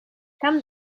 come